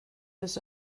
his